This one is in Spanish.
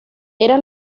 era